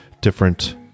different